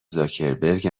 زاکبرک